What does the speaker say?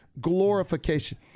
glorification